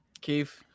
Keith